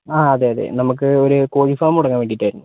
ആ അതെ അതെ നമുക്ക് ഒരു കോഴി ഫാം തുടങ്ങാൻ വേണ്ടിയിട്ടായിരുന്നു